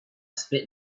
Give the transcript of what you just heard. spit